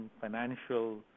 financial